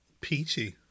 Peachy